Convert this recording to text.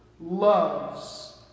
loves